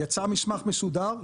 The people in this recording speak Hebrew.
יצא מסמך מסודר,